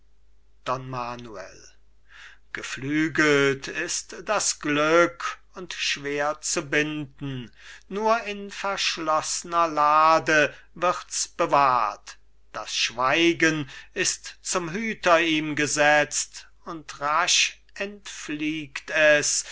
geflügelt ist das glück und schwer zu binden nur in verschloßner lade wird's bewahrt das schweigen ist zum hüter ihm gesetzt und rasch entfliegt es